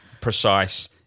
precise